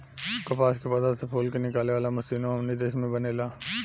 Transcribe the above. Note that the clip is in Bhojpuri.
कपास के पौधा से फूल के निकाले वाला मशीनों हमनी के देश में बनेला